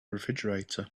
refrigerator